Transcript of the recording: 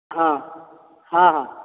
ହଁ ହଁ ହଁ